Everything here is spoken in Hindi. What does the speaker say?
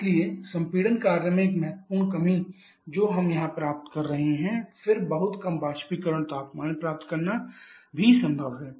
इसलिए संपीड़न कार्य में एक महत्वपूर्ण कमी जो हम यहां से प्राप्त कर रहे हैं फिर बहुत कम बाष्पीकरण तापमान प्राप्त करना संभव है